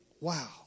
Wow